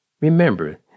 Remember